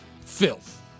Filth